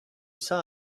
saw